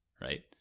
right